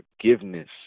forgiveness